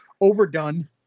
overdone